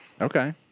Okay